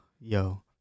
Yo